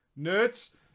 Nerds